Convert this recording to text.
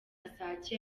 sake